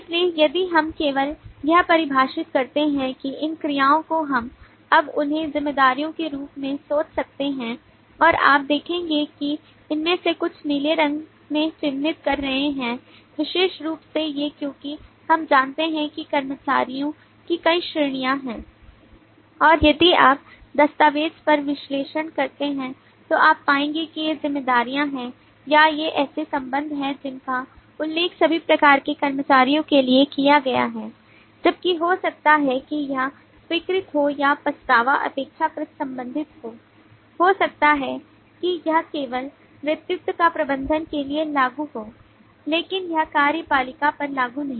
इसलिए यदि हम केवल यह परिभाषित करते हैं कि इन क्रियाओं को हम अब उन्हें जिम्मेदारियों के रूप में सोच सकते हैं और आप देखेंगे कि इनमें से कुछ नीले रंग में चिह्नित कर रहे हैं विशेष रूप से ये क्योंकि हम जानते हैं कि कर्मचारियों की कई श्रेणियां हैं और यदि आप दस्तावेज़ पर विश्लेषण करते हैं तो आप पाएंगे कि ये ज़िम्मेदारियाँ हैं या ये ऐसे संबंध हैं जिनका उल्लेख सभी प्रकार के कर्मचारियों के लिए किया गया है जबकि हो सकता है कि यह स्वीकृत हो या पछतावा अपेक्षाकृत प्रतिबंधित हो हो सकता है कि यह केवल नेतृत्व या प्रबंधक के लिए लागू हो लेकिन यह कार्यपालिका पर लागू नहीं